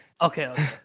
Okay